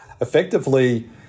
Effectively